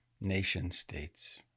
nation-states